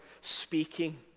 speaking